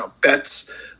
bets